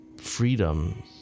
freedom